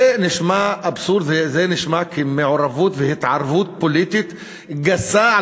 זה נשמע אבסורד וזה נשמע כמעורבות והתערבות פוליטית גסה,